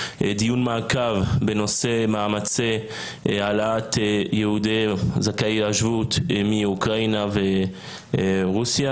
דיון מעקב בנושא מאמצי העלאת יהודי זכאי השבות מאוקראינה ורוסיה.